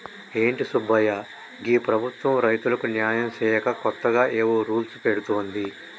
ఏంటి సుబ్బయ్య గీ ప్రభుత్వం రైతులకు న్యాయం సేయక కొత్తగా ఏవో రూల్స్ పెడుతోంది